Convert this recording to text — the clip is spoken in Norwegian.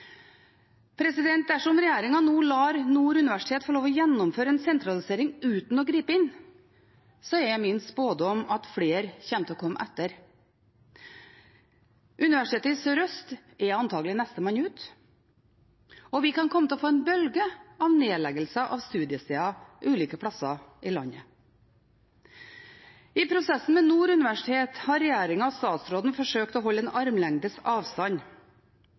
Dersom regjeringen nå lar Nord universitet få lov til å gjennomføre en sentralisering uten å gripe inn, er min spådom at flere kommer til å komme etter. Universitetet i Sørøst-Norge er antagelig nestemann ut, og vi kan komme til å få en bølge av nedleggelser av studiesteder ulike plasser i landet. I prosessen med Nord universitet har regjeringen og statsråden forsøkt å holde en armlengdes avstand.